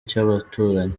cyabaturanyi